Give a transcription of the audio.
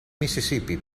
mississippi